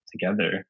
together